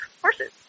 horses